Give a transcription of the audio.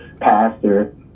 pastor